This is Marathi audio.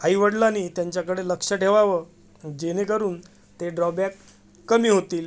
आईवडिलानी त्यांच्याकडे लक्ष ठेवावं जेणेकरून ते ड्रॉबॅक कमी होतील